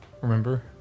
Remember